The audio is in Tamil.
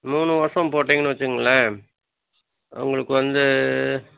மூணு வருஷம் போட்டிங்கன்னு வச்சிங்களேன் உங்களுக்கு வந்து